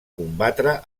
combatre